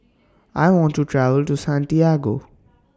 I want to travel to Santiago